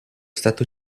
stato